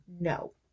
no